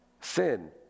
Sin